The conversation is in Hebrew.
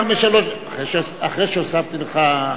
אחרי שהוספתי לך,